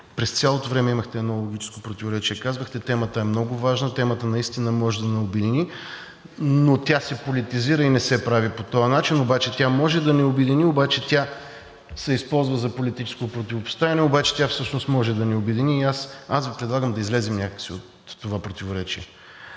през цялото време имахте едно логическо противоречие. Казвахте: темата е много важна, темата, наистина може да ни обедини, но тя се политизира и не се прави по този начин, обаче тя може да ни обедини, обаче тя се използва за политическо противопоставяне, обаче тя всъщност може да ни обедини. Предлагам Ви да излезем някак си от това противоречие.